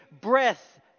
breath